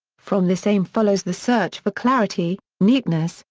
from this aim follows the search for clarity, neatness,